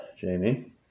Jamie